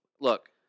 Look